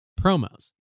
Promos